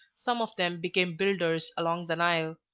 some of them became builders along the nile.